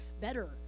better